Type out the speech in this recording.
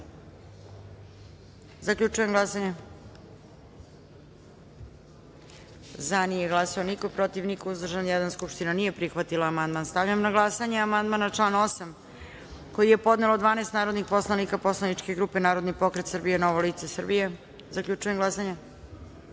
DS.Zaključujem glasanje: za – niko, protiv – niko, uzdržan – jedan. Skupština nije prihvatila amandman. Stavljam na glasanje amandman na član 8. koji je podnelo 12 narodnih poslanika poslaničke grupe Narodni pokret Srbije – Novo lice Srbije. Zaključujem glasanje: